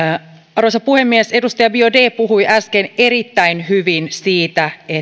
arvoisa puhemies edustaja biaudet puhui äsken erittäin hyvin siitä